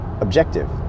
objective